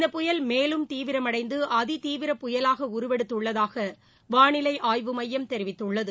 இந்த புயல் மேலும் தீவிரமடைந்து அதிதீவிரப் புயலாக உருவெடுத்து உள்ளதாக வானிலை ஆய்வு மையம் தெரிவித்துள்ளது